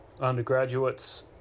undergraduates